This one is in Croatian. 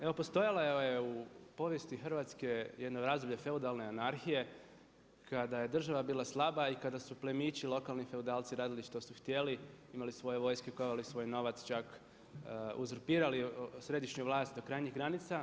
Evo postojalo je u povijesti Hrvatske jedno razdoblje feudalne anarhije kada je država bila slaba i kada su plemići, lokalni feudalci radili što su htjeli, imali svoje vojske, kovali svoj novac, čak uzurpirali središnju vlast do krajnjih granica.